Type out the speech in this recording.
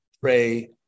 pray